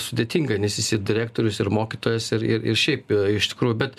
sudėtinga nes jis ir direktorius ir mokytojas ir ir šiaip iš tikrųjų bet